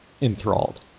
enthralled